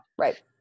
Right